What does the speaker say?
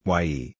ye